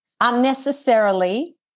unnecessarily